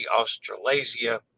Australasia